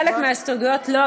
חלק מההסתייגויות לא,